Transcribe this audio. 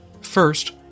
First